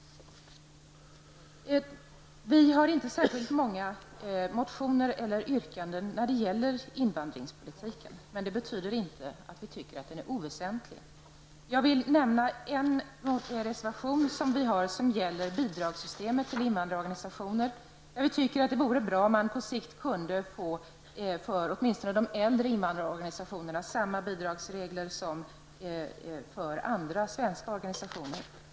Vi har inte särskilt många motioner eller yrkanden när det gäller invandringspolitiken, men det betyder inte att vi tycker den är oväsentlig. Jag vill nämna en reservation vi har väckt som gäller systemet för bidrag till invandrarorganisationer. Vi tycker det vore bra om man på sikt kunde få, åtminstone för de äldre invandrarorganisationerna, samma bidragsregler som för svenska organisationer.